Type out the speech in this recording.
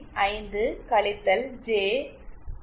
5 - ஜே1